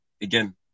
again